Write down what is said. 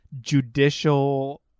judicial